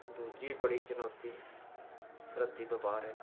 ਦੂਜੀ ਬੜੀ ਚੁਣੌਤੀ ਸਰਹੱਦੀ ਵਪਾਰ ਹੈ